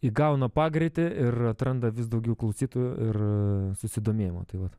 įgauna pagreitį ir atranda vis daugiau klausytojų ir susidomėjimo tai va